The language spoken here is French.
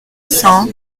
cent